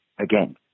again